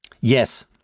Yes